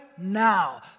now